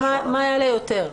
מה יעלה יותר.